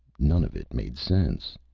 none of it made sense.